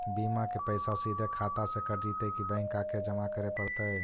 बिमा के पैसा सिधे खाता से कट जितै कि बैंक आके जमा करे पड़तै?